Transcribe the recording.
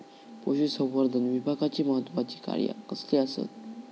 पशुसंवर्धन विभागाची महत्त्वाची कार्या कसली आसत?